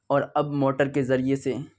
اور اب موٹر کے ذریعہ سے